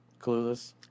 Clueless